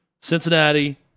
Cincinnati